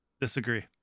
Disagree